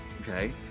okay